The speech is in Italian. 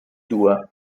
due